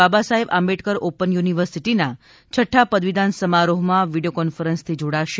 Babasaheb Ambedkar open યુનિવર્સિટીના છઠ્ઠા પદવીદાન સમારોહમાં વિડિયો કોન્ફરન્સથી જોડાશે